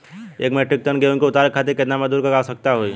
एक metric ton गेहूँ के उतारे खातीर कितना मजदूर क आवश्यकता होई?